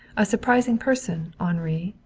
a surprising person henri,